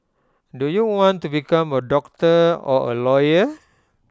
do you want to become A doctor or A lawyer